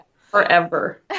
forever